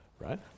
right